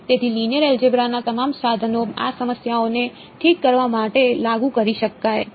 તેથી linear algebra ના તમામ સાધનો આ સમસ્યાઓને ઠીક કરવા માટે લાગુ કરી શકાય છે